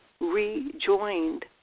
rejoined